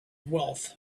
wealth